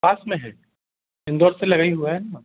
पास में है इंदौर से लगा ही हुआ है ना